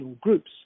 groups